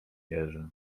jerzy